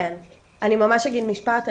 אני ממש אגיד משפט,